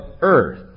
earth